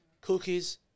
Cookies